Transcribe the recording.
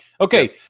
Okay